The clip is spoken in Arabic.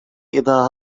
إذا